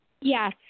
yes